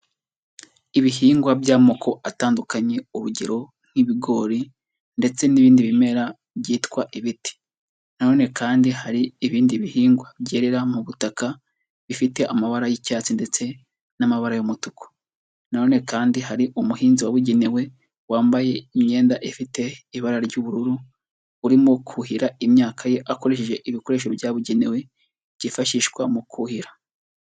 Ibihingwa by'amoko atandukanye, urugero nk'ibigori ndetse n'ibindi bimera byitwa ibiti, na none kandi hari ibindi bihingwa byerera mu butaka bifite amabara y'icyatsi, ndetse n'amabara y'umutuku, na none kandi hari umuhinzi wabugenewe wambaye imyenda ifite ibara ry'ubururu, urimo kuhira imyaka ye akoresheje ibikoresho byabugenewe byifashishwa mu kuhira.